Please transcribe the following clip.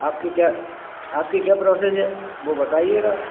आपकी क्या आपका क्या प्रौसेस है वो बताइएगा